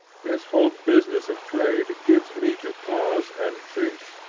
this whole business of trade gives me to pause and think,